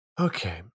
Okay